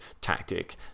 tactic